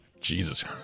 Jesus